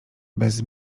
bez